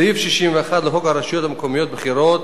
סעיף 61 לחוק הרשויות המקומיות (בחירות),